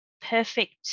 perfect